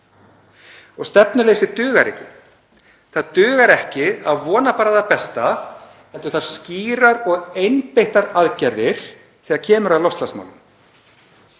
Stefnuleysi dugar ekki. Það dugar ekki að vona það besta heldur þarf skýrar og einbeittar aðgerðir þegar kemur að loftslagsmálum.